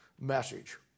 message